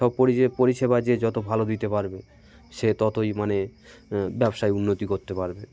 সব পরি পরিষেবা যে যত ভালো দিতে পারবে সে ততই মানে ব্যবসায় উন্নতি করতে পারবে